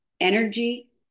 energy